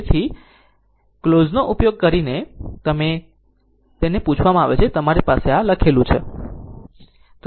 તેથી સંક્લોઝ નો ઉપયોગ કરીને જો તેને આ પૂછવામાં આવે તો તમારી પાસે તે લખેલુ છે